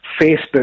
Facebook